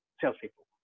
salespeople